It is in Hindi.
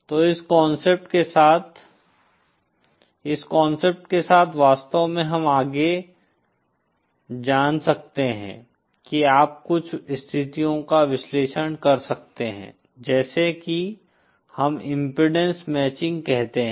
तो इस कांसेप्ट के साथ इस कांसेप्ट के साथ वास्तव में हम आगे जान सकते हैं कि आप कुछ स्थितियों का विश्लेषण कर सकते हैं जैसे कि हम इम्पीडेन्स मैचिंग कहते हैं